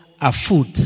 afoot